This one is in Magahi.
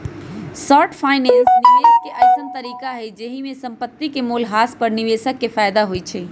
शॉर्ट फाइनेंस निवेश के अइसँन तरीका हइ जाहिमे संपत्ति के मोल ह्रास पर निवेशक के फयदा होइ छइ